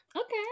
Okay